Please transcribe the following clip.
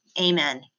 Amen